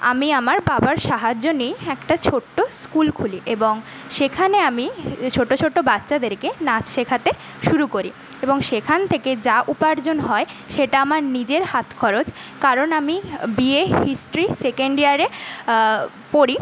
আমি আমার বাবার সাহায্য নিই একটা ছোট্ট স্কুল খুলি এবং সেখানে আমি ছোট ছোট বাচ্চাদেরকে নাচ শেখাতে শুরু করি এবং সেখান থেকে যা উপার্জন হয় সেটা আমার নিজের হাতখরচ কারণ আমি বিএ হিস্ট্রি সেকেন্ড ইয়ারে পড়ি